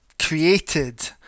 created